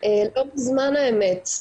לא מזמן האמת,